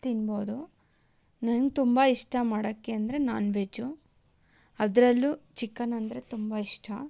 ತಿನ್ಬೌದು ನಂಗೆ ತುಂಬ ಇಷ್ಟ ಮಾಡೋಕ್ಕೆ ಅಂದರೆ ನಾನ್ವೆಜ್ಜು ಅದರಲ್ಲೂ ಚಿಕನ್ ಅಂದರೆ ತುಂಬ ಇಷ್ಟ